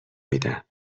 میدم